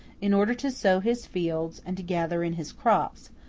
in order to sow his fields and to gather in his crops,